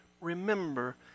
remember